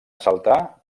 assaltar